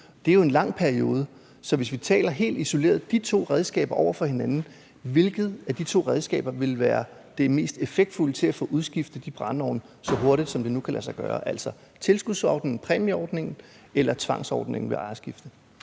Det er jo en lang periode. Så hvis vi taler helt isoleret om de to redskaber over for hinanden, hvilket af de to redskaber vil så være det mest effektfulde til at få udskiftet de brændeovne så hurtigt, som det nu kan lade sig gøre – tilskudsordningen, altså præmieordningen, eller tvangsordningen ved ejerskifte?